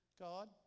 God